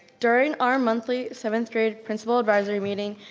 during our monthly seventh grade principal advisory meeting,